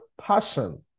passion